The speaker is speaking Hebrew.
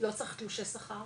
לא צריך תלושי שכר,